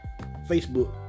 Facebook